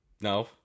No